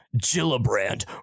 Gillibrand